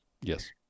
Yes